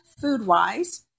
food-wise